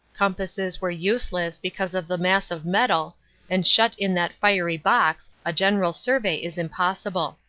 compasses were useless because of the mass of nletal and shut in that fiery box a general sur vey is impossible.